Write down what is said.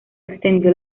extendió